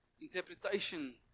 Interpretation